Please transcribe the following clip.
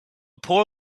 poor